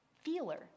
feeler